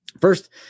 First